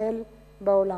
ישראל בעולם.